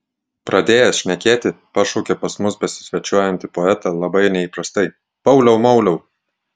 pradėjęs šnekėti pašaukė pas mus besisvečiuojantį poetą labai neįprastai pauliau mauliau